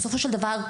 בסופו של דבר,